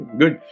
good